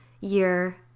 year